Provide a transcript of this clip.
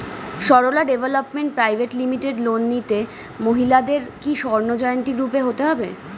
Sarala development private limited loan নিতে মহিলাদের কি স্বর্ণ জয়ন্তী গ্রুপে হতে হবে?